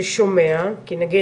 ששומע כי נגיד,